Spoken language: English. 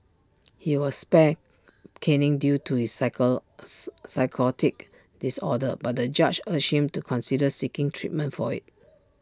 he was spared caning due to his psycho psychotic disorder but the judge urged him to consider seeking treatment for IT